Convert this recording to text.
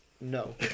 No